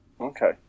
okay